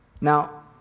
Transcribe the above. Now